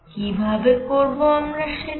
কি ভাবে করব আমরা সেটি